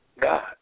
God